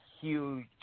Huge